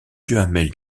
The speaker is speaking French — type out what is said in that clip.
duhamel